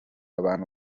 abantu